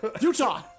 Utah